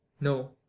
no